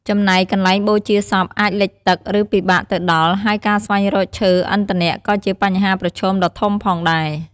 ចំណែកកន្លែងបូជាសព អាចលិចទឹក ឬពិបាកទៅដល់ ហើយការស្វែងរក ឈើ ឥន្ធនៈក៏ជាបញ្ហាប្រឈមដ៏ធំផងដែរ។